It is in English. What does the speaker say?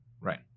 Right